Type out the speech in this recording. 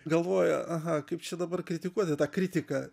galvoja aha kaip čia dabar kritikuoti tą kritiką